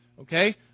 Okay